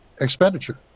expenditure